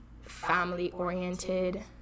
family-oriented